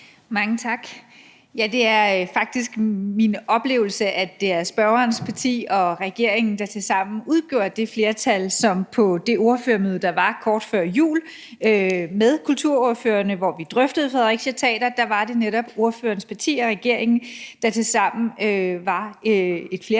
Mange tak. Ja, det er faktisk min oplevelse, at spørgerens parti og regeringen, der tilsammen udgjorde et flertal på det ordførermøde, der var kort før jul med kulturordførerne, hvor vi drøftede Fredericia Teater, gerne ville gå videre med § 5-bevillingen. Det, der dog også var drøftelsen,